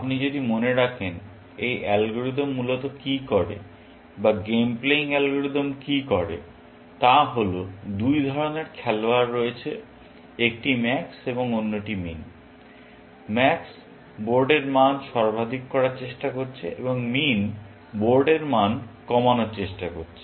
আপনি যদি মনে রাখেন এই অ্যালগরিদম মূলত কী করে বা গেম প্লেয়িং অ্যালগরিদম কী করে তা হল দুই ধরণের খেলোয়াড় রয়েছে একটি ম্যাক্স এবং অন্যটি মিন। ম্যাক্স বোর্ডের মান সর্বাধিক করার চেষ্টা করছে এবং মিন বোর্ডের মান কমানোর চেষ্টা করছে